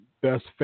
best